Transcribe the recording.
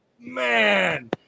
man